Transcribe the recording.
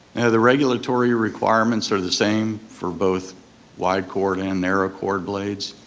the regulatory requirements are the same for both wide chord and narrow chord blades.